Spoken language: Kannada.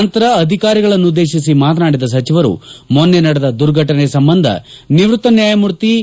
ನಂತರ ಅಧಿಕಾರಿಗಳನ್ನುದ್ದೇತಿಸಿ ಮಾತನಾಡಿದ ಸಚಿವರು ಮೊನ್ನೆ ನಡೆದ ದುರ್ಘಟನೆ ಸಂಬಂಧ ನಿವೃತ್ತ ನ್ನಾಯಮೂರ್ತಿ ಬಿ